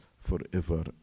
forever